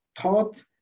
taught